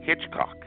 Hitchcock